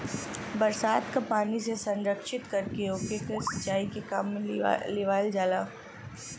बरसात के पानी से संरक्षित करके ओके के सिंचाई के काम में लियावल जाला